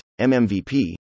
MMVP